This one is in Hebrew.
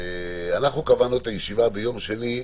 אנחנו קבענו את הישיבה ביום שני,